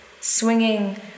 swinging